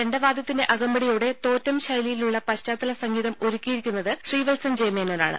ചെണ്ടവാദ്യത്തിന്റെ അകമ്പടിയോടെ തോറ്റം ശൈലിയിലുള്ള പശ്ചാത്തല സംഗീതം ഒരുക്കിയിരിക്കുന്നത് ശ്രീവത്സൻ ജെ മേനോനാണ്